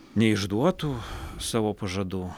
neišduotų savo pažadų